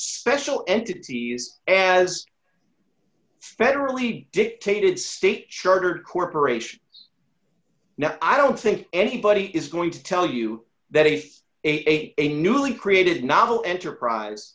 special entities and federally dictated state chartered corporations now i don't think anybody is going to tell you that if aig a newly created novel enterprise